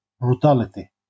brutality